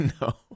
No